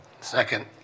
Second